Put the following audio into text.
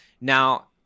Now